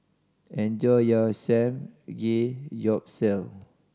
enjoy your Samgeyopsal